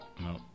No